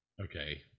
Okay